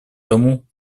тому